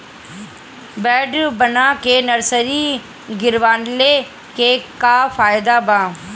Bed बना के nursery गिरवले के का फायदा बा?